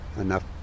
enough